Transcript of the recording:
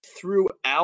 throughout